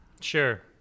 sure